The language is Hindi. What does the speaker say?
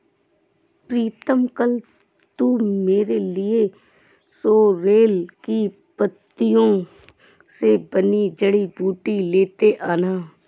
प्रीतम कल तू मेरे लिए सोरेल की पत्तियों से बनी जड़ी बूटी लेते आना